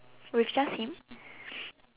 with just him